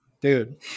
dude